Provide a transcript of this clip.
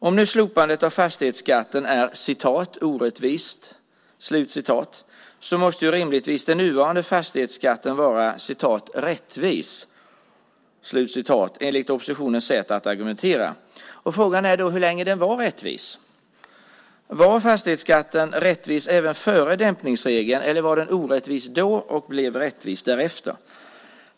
Om slopandet av fastighetsskatten är "orättvist" måste rimligtvis den nuvarande fastighetsskatten vara "rättvis" enligt oppositionens sätt att argumentera. Frågan är hur länge den var rättvis. Var fastighetskatten rättvis redan före begränsningsregeln, eller var den orättvis då och blev rättvis därefter?